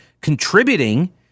contributing